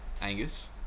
Angus